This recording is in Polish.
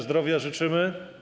Zdrowia życzymy.